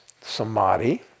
samadhi